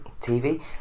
TV